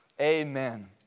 amen